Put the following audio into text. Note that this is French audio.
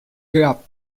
gap